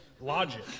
logic